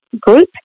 group